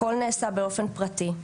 הכול נעשה באופן פרטי,